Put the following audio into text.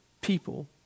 people